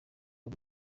ari